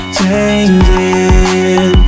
changing